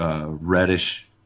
reddish